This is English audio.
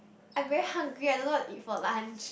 I very hungry I don't know what to eat for lunch